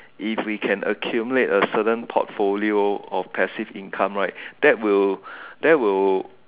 if we can accumulate a certain profile of perceive income right that will that will